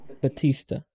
Batista